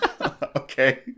Okay